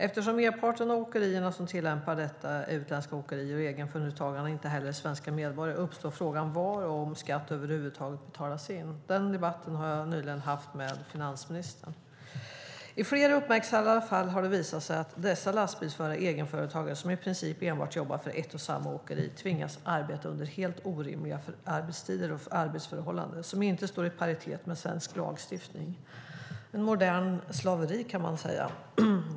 Eftersom merparten av åkerierna som tillämpar detta är utländska åkerier, och eftersom egenföretagarna inte heller är svenska medborgare, uppstår frågan var och om skatt över huvud taget betalas in. Denna debatt har jag nyligen haft med finansministern. I flera uppmärksammade fall har det visat sig att dessa lastbilsförare är egenföretagare som i princip enbart jobbar för ett och samma åkeri. De tvingas arbeta under helt orimliga arbetsförhållanden med orimliga arbetstider som inte står i paritet med svensk lagstiftning. Det är ett modernt slaveri, kan man säga.